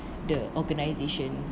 the organisation